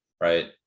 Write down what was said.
right